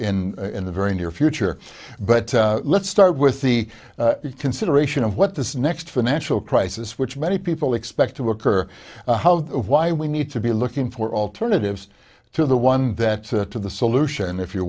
in the very near future but let's start with the consideration of what this next financial crisis which many people expect to occur why we need to be looking for alternatives to the one that to the solution if you